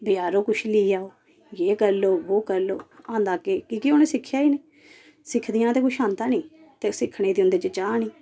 बजारूं कुछ ली आओ जे करी लो वो करी लो आंदा केह् की के उनें सिक्खेआ ही नी सिक्खदियां ते कुछ आंदा नी ते ओह् सिक्खने ते उंदे च चा नी